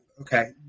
okay